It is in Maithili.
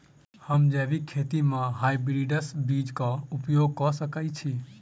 जैविक खेती म हायब्रिडस बीज कऽ उपयोग कऽ सकैय छी?